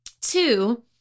Two